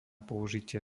použitie